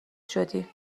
شدی